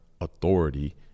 authority